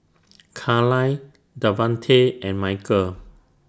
Carlyle Davante and Michael